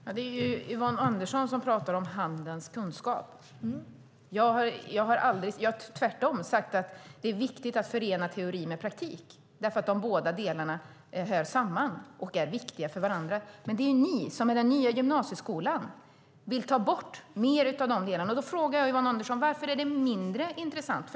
Fru talman! Det är Yvonne Andersson som pratar om handens kunskap. Jag har tvärtom sagt att det är viktigt att förena teori med praktik, för de båda delarna hör samman och är viktiga för varandra. Men det är ni som med den nya gymnasieskolan vill ta bort mer av dessa delar, och då frågar jag Yvonne Andersson varför det är mindre intressant.